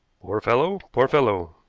poor fellow. poor fellow!